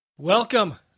Welcome